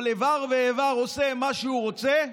כל איבר ואיבר עושה מה שהוא רוצה,